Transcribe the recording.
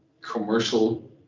commercial